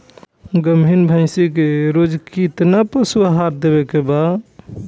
गाभीन भैंस के रोज कितना पशु आहार देवे के बा?